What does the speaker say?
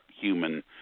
human